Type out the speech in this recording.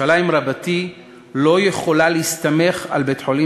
ירושלים רבתי לא יכולה להסתמך על בית-חולים